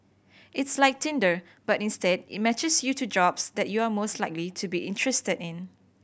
it's like Tinder but instead it matches you to jobs that you are most likely to be interested in